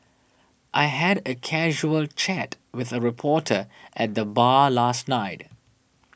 I had a casual chat with a reporter at the bar last night